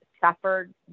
suffered